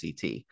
CT